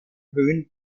grün